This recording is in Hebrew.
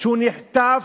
שהוא נחטף,